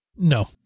No